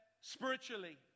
spiritually